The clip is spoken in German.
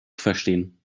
verstehen